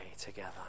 together